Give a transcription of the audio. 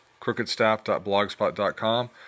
Crookedstaff.blogspot.com